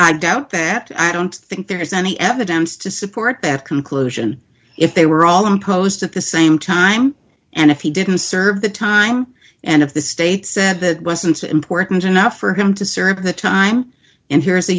i doubt that i don't think there is any evidence to support that conclusion if they were all imposed at the same time and if he didn't serve the time and of the state said that wasn't important enough for him to serve the time in here is a